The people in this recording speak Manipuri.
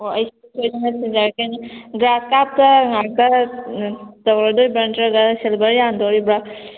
ꯑꯣ ꯑꯩ ꯁꯨꯡꯁꯣꯏ ꯁꯣꯏꯗꯅ ꯊꯤꯟꯖꯔꯛꯀꯅꯤ ꯒ꯭ꯔꯥꯁ ꯀꯥꯞꯇ ꯉꯥꯛꯇꯔꯥ ꯇꯧꯔꯗꯣꯏꯕ꯭ꯔꯥ ꯅꯠꯇ꯭ꯔꯒ ꯁꯤꯜꯚꯔ ꯌꯥꯟꯗꯣꯔꯤꯕ꯭ꯔꯥ